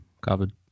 covered